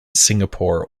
singapore